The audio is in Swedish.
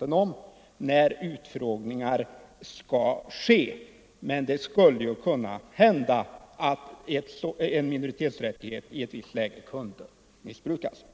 om när utfrågningar skall äga rum, men det skulle naturligtvis kunna hända att en minoritetsrättighet i ett visst läge kunde missbrukas.